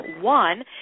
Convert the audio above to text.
One